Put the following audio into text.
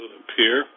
appear